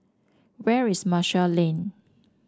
where is Marshall Lane